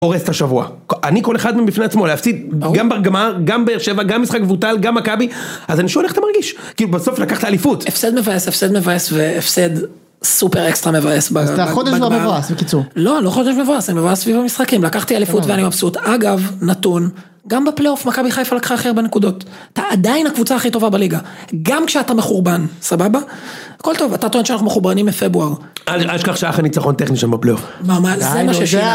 הורס את השבוע. אני כל אחד מהם בפני עצמו. להפסיד גם בגמר, גם באר שבע, גם משחק מבוטל, גם מכבי, אז אני שואל איך אתה מרגיש? כאילו בסוף לקחת אליפות. הפסד מבאס, הפסד מבאס, והפסד סופר אקסטרה מבאס. אז אתה חודש כבר מבואס, בקיצור. לא, לא חודש מבואס, אני מבאס סביב המשחקים, לקחתי אליפות ואני מבסוט. אגב, נתון, גם בפליאופ מכבי חיפה לקחה הכי הרבה נקודות. אתה עדיין הקבוצה הכי טובה בליגה, גם כשאתה מחורבן, סבבה? הכל טוב, אתה טוען שאנחנו מחורבנים מפברואר. אל תשכח שהיה לך ניצחון טכני שם בפליאופ. מה, מה, זה מה ששינה